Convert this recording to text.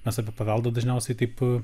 mes apie paveldą dažniausiai taip